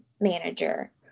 Manager